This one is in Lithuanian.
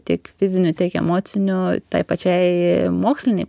tiek fizinių tiek emocinių tai pačiai mokslinei